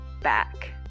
back